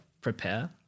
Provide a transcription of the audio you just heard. prepare